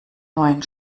neuen